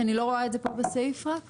כי אני לא רואה את זה פה בסעיף רק.